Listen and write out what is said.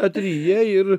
atryja ir